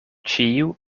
ĉiu